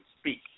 speak